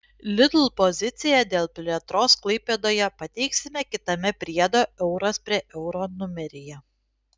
lidl poziciją dėl plėtros klaipėdoje pateiksime kitame priedo euras prie euro numeryje